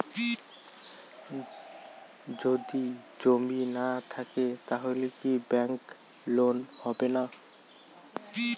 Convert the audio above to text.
যদি জমি না থাকে তাহলে কি ব্যাংক লোন হবে না?